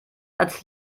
als